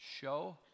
Show